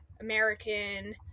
American